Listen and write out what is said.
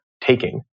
taking